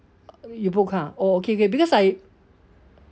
you book ah okay okay because I